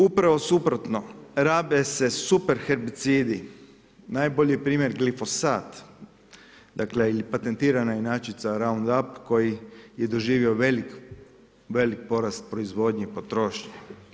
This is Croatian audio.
Upravo suprotno, rabe se super herbicidi, najbolji primjer glifosat ili patentirana inačica … koji je doživio velik porast proizvodnje i potrošnje.